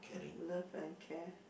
love and care